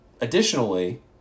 additionally